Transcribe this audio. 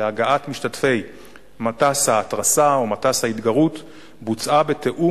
להגעת משתתפי מטס ההתרסה או מטס ההתגרות בוצעה בתיאום